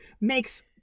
makes